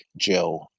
Joe